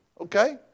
okay